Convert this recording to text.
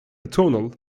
atonal